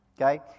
Okay